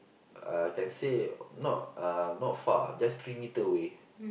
uh can say not uh not far just three meter away